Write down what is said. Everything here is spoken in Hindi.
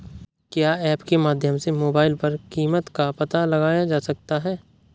क्या ऐप के माध्यम से मोबाइल पर कीमत का पता लगाया जा सकता है?